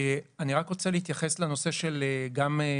אני רק רוצה להתייחס לנושא של יוקר